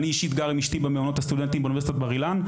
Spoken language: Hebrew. אני אישית גר עם אשתי במעונות הסטודנטים באוניברסיטת בר אילן,